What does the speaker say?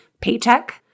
paycheck